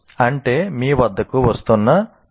అంటే మీ వద్దకు వస్తున్న 99